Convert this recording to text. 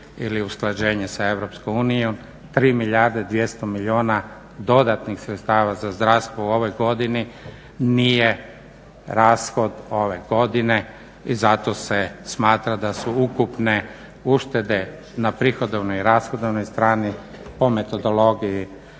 ili usklađenje sa EU 3 milijarde 200 milijuna dodatnih sredstava za zdravstvo u ovoj godini rashod ove godine i zato se smatra da su ukupne uštede na prihodovnoj i rashodovnoj strani po metodologiji